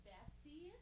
Betsy